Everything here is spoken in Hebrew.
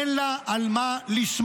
אין לה על מה לסמוך.